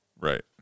Right